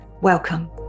welcome